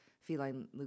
feline